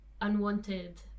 unwanted